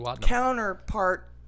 counterpart